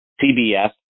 CBS